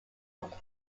otra